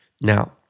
Now